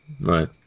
Right